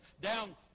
down